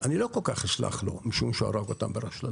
אני לא כל כך אסלח לו משום שהוא הרג אותם ברשלנות.